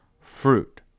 fruit